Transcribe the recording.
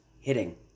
hitting